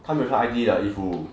他们穿 I_D 的衣服